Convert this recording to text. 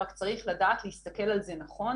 רק שצריך לדעת להסתכל על זה נכון.